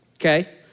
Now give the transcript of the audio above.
okay